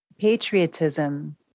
Patriotism